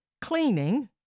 cleaning